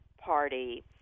party